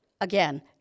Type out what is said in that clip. again